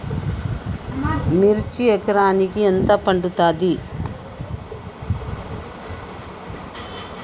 మిర్చి ఎకరానికి ఎంత పండుతది?